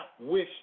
wish